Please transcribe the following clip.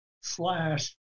slash